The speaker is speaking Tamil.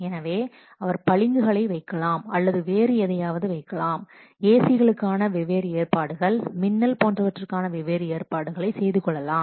எனவே அவர் பளிங்குகளை வைக்கலாம் அல்லது வேறு எதையாவது வைக்கலாம் AC களுக்கான வெவ்வேறு ஏற்பாடுகள் மின்னல் போன்றவற்றுக்கான வெவ்வேறு ஏற்பாடுகள் செய்து கொள்ளலாம்